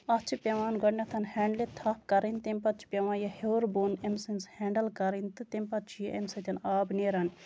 اَتھ چھِ پیوان گۄڈنیتھ ہیٚنڈلہِ تھپھ کَرٕنۍ تَمہِ پَتہٕ چھُ پیوان یہِ ہٮ۪وٚر بۄن أمۍ سٕنز ہینڈَل کَرٕنۍ تہٕ تَمہِ پَتہٕ چھُ یہِ اَمہِ سۭتۍ آب نیران